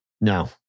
No